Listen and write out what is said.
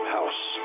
House